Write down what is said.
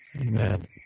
Amen